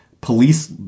police